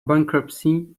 bankruptcy